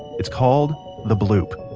it's called the bloop.